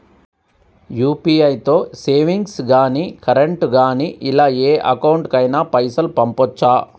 UPI తో savings గాని current గాని ఇలా ఏ అకౌంట్ కైనా పైసల్ పంపొచ్చా?